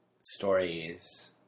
Stories